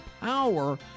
power